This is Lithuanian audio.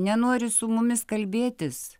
nenori su mumis kalbėtis